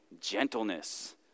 gentleness